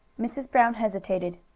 mrs. brown hesitated.